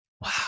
wow